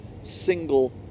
single